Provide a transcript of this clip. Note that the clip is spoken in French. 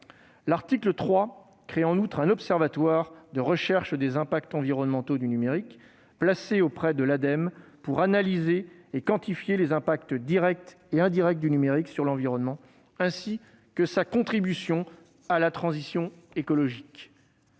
L'article 3 crée un observatoire de recherche des impacts environnementaux du numérique, placé auprès de l'Ademe, l'Agence de la transition écologique, pour analyser et quantifier les impacts directs et indirects du numérique sur l'environnement, ainsi que sa contribution à la transition écologique.